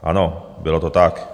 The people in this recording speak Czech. Ano, bylo to tak.